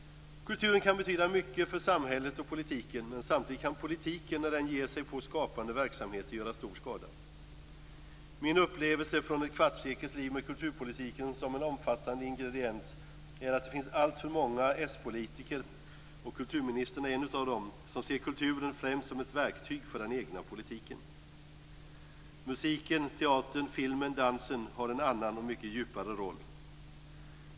Kulturen kan betyda mycket för samhället och politiken. Men samtidigt kan politiken när den ger sig på skapande verksamheter göra stor skada. Mina upplevelser från ett kvartssekels liv med kulturpolitiken som en omfattande ingrediens är att det finns alltför många s-politiker - och kulturministern är en av dem - som ser kulturen främst som ett verktyg för den egna politiken. Musiken, teatern, filmen och dansen har en annan och mycket djupare roll.